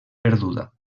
perduda